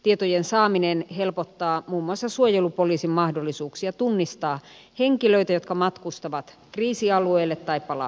tietojen saaminen helpottaa muun muassa suojelupoliisin mahdollisuuksia tunnistaa henkilöitä jotka matkustavat kriisialueelle tai palaavat sieltä